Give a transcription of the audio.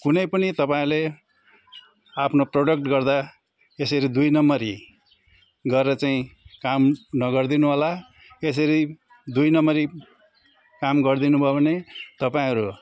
कुनै पनि तपाईँले आफ्नो प्रोडक्ट गर्दा यसरी दुई नम्बरी गरेर चाहिँ काम नगरिदिनुहोला यसरी दुई नम्बरी काम गरिदिनुभयो भने तपाईँहरू